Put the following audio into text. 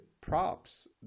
props